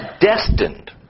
destined